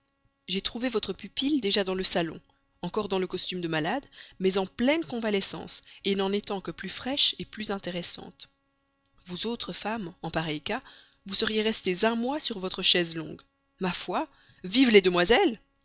j'ai trouvé votre pupille déjà dans le salon encore dans le costume d'une malade mais en pleine convalescence n'en étant que plus fraîche plus intéressante vous autres femmes en pareil cas vous seriez restées un mois sur votre chaise longue ma foi vive les demoiselles